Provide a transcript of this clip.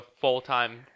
full-time